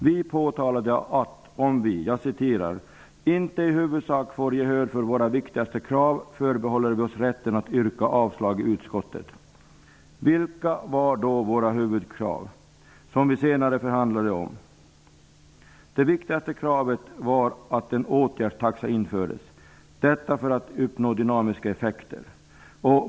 Vi påtalade att om vi ''inte i huvudsak får gehör för våra viktigaste krav förbehåller vi oss rätten att yrka avslag i utskottet''. Vilka var då våra krav, som vi sedan förhandlade om? Det viktigaste kravet var att en åtgärdstaxa infördes, detta för att uppnå dynamiska effekter.